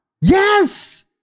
Yes